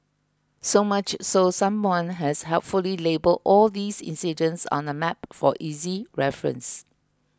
so much so someone has helpfully labelled all these incidents on a map for easy reference